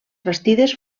bastides